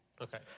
Okay